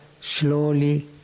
slowly